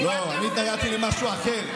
אני התנגדתי למשהו אחר,